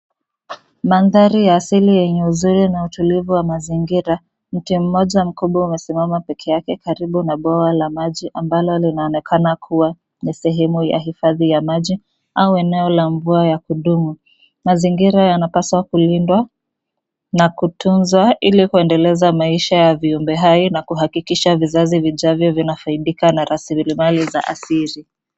Mandhari ya asili yenye uzuri na utulivu wa mazingira. Mti moja mkubwa umesimama pekee yake karibu na bwawa la maji ambalo linaonekana kuwa ni sehemu ya hifadhi ya maji au eneo la mvua ya kudumu. Mazingira yanapaswa kulindwa na kutunzwa ili kuendeleza maisha ya viumbe hai na kuhakikisha vizazi vijavyo vinafaidika na rasilimali za asili.